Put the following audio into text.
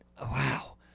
Wow